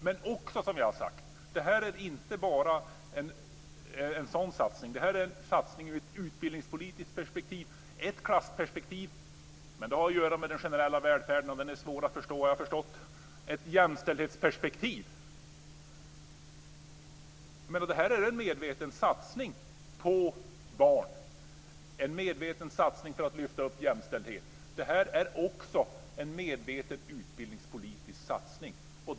Men som jag också tidigare sagt är detta inte bara en sådan satsning. Det här är en satsning ur ett utbildningspolitiskt perspektiv och ett klassperspektiv. Det har att göra med den generella välfärden, och den är svår att förstå har jag förstått. Det är en satsning ur ett jämställdhetsperspektiv. Det här är en medveten satsning på barn, en medveten satsning för att lyfta upp jämställdheten. Det är också en medveten utbildningspolitisk satsning.